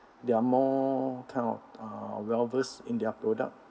they are more kind of uh well versed in their product